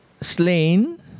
slain